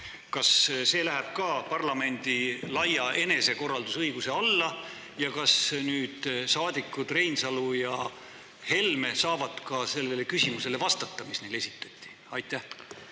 Kas see läheb ka parlamendi laia enesekorraldusõiguse alla? Ja kas nüüd saadikud Reinsalu ja Helme saavad ka sellele küsimusele vastata, mis neile esitati? …